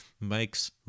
makes